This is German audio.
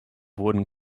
wurden